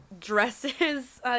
dresses